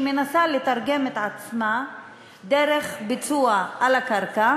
שמנסה לתרגם את עצמה דרך ביצוע על הקרקע